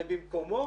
ובמקומו